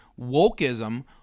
wokeism